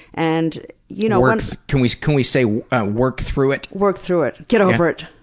and you know can we can we say work through it? work through it. get over it!